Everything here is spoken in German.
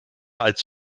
als